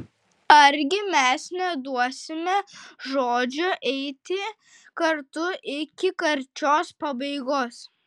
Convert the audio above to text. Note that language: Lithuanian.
argi mes neduosime žodžio eiti kartu iki karčios pabaigos